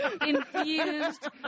infused